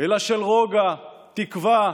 אלא של רוגע, תקווה,